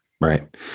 Right